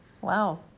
Wow